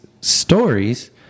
stories